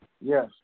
yes